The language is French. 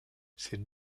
ces